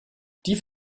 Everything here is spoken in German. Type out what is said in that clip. die